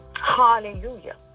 hallelujah